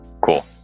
Cool